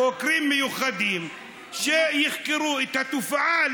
חוקרים מיוחדים שיחקרו את התופעה,